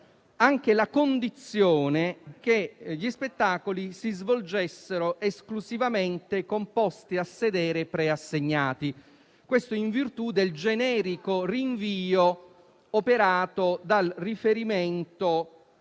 anche la condizione che gli spettacoli si svolgessero esclusivamente con posti a sedere preassegnati. Questo in virtù del generico rinvio operato dal riferimento